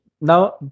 Now